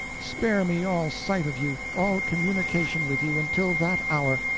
spare me all sight of you, all communication with you, until that hour.